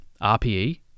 RPE